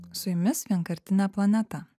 su jumis vienkartinė planeta